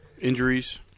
injuries